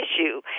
issue